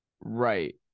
Right